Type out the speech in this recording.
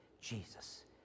Jesus